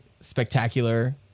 spectacular